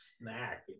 snack